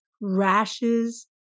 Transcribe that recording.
rashes